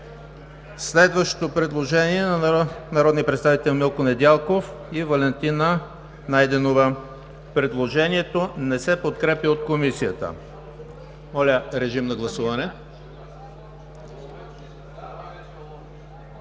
Следващото предложение е на народния представител Милко Недялков и Валентина Найденова. Предложението не се подкрепя от Комисията. Моля, гласувайте.